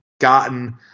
gotten